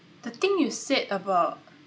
the thing you said about